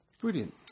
Brilliant